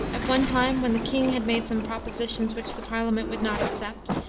at one time, when the king had made some propositions which the parliament would not accept,